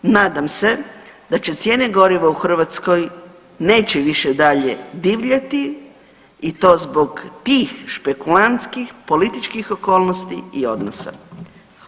Nadam se da će cijene goriva u Hrvatskoj neće više dalje divljati i to zbog tih špekulantskih, političkih okolnosti i odnosa.